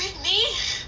really